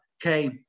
Okay